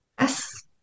Yes